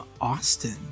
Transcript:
Austin